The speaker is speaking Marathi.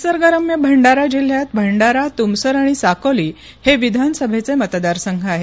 निसर्गरम्य भंडारा जिल्ह्यात भंडारा तुमसर आणि साकोली हे विधानसभेचे मतदारसंघ आहेत